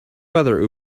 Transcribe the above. weather